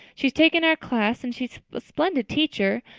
she's taken our class and she's a splendid teacher.